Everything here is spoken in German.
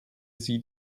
sie